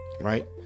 right